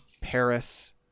Paris